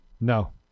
no